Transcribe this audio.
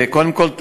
קודם כול,